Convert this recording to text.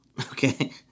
Okay